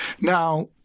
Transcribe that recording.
Now